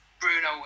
Bruno